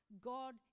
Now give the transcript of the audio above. God